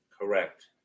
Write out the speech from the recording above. Correct